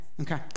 okay